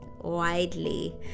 widely